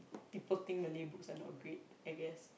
people think Malay books are not great I guess